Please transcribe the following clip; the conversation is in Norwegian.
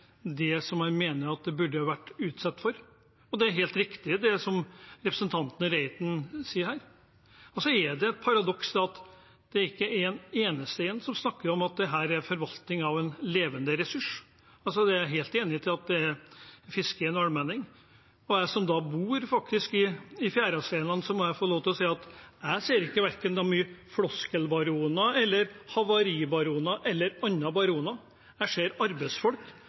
det et paradoks at det ikke er en eneste en som snakker om at dette er forvaltning av en levende ressurs. Jeg er helt enig i at fisket er en allmenning, og jeg som bor i fjæresteinene, må få lov til å si at jeg ser verken floskelbaroner eller havaribaroner eller andre baroner. Jeg ser arbeidsfolk